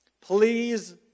please